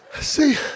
see